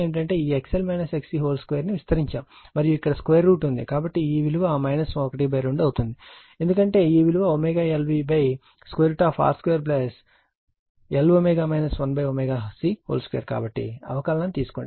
మరియు ఇక్కడ ఉంది కాబట్టి ఈ విలువ ½ అవుతుంది ఎందుకంటే ఈ విలువ ω LV R2Lω 1 ωC2 కాబట్టి అవకలనండెరివేటివ్ తీసుకోండి